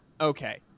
Okay